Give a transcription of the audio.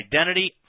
identity